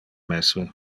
mesme